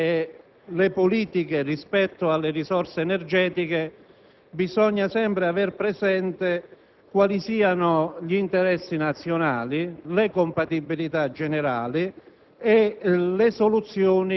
l'uso delle risorse e le politiche energetiche, bisogna sempre aver presente quali siano gli interessi nazionali, le compatibilità generali